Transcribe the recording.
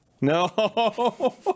No